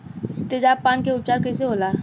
तेजाब पान के उपचार कईसे होला?